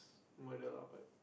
murder lah but